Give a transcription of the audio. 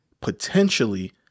potentially